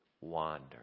wander